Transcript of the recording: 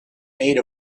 made